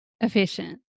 efficient